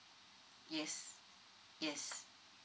yes yes